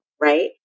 Right